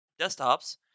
desktops